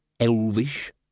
elvish